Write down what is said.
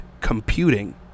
computing